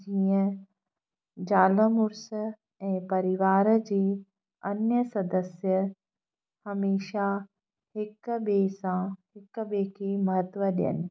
जीअं ज़ाल मुड़ुसु ऐं परिवार जी अन्य सदस्य हमेशा हिक ॿिए सां हिक ॿिए खे महत्व ॾियनि